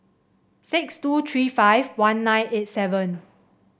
six two three five one nine eight seven